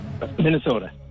Minnesota